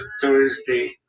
Thursday